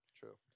true